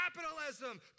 capitalism